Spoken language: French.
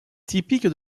typique